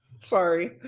Sorry